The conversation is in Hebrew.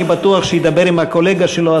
אני בטוח שהוא ידבר עם הקולגה שלו,